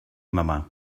mamà